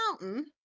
mountain